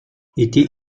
ити